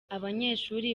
abanyeshuri